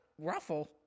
ruffle